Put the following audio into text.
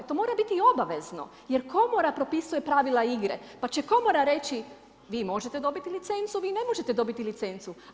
To mora biti i obavezno, jer komora propisuje pravila igre, pa će komora reći vi možete dobiti licencu, vi ne možete dobiti licencu.